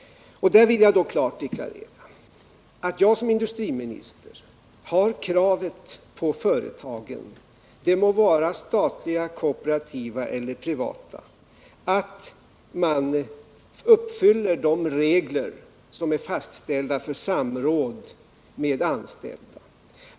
Jag vill klart deklarera att jag som industriminister ställer det kravet på företagen — de må vara statliga, kooperativa eller privata — att de skall följa de regler som är fastställda för samråd med de anställda.